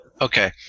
Okay